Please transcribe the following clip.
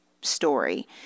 story